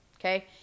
okay